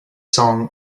song